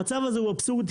המצב הזה הוא אבסורד,